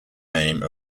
name